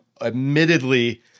admittedly